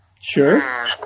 Sure